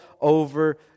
over